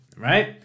right